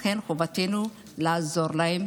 לכן, חובתנו לעזור להם.